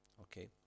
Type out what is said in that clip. Okay